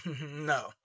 no